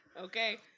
okay